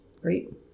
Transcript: great